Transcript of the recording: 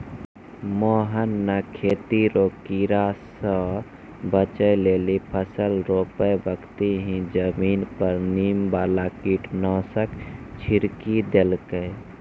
मोहन नॅ खेती रो कीड़ा स बचै लेली फसल रोपै बक्ती हीं जमीन पर नीम वाला कीटनाशक छिड़की देलकै